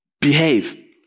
behave